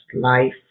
life